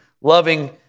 loving